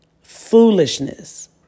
Foolishness